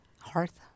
Hearth